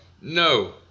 no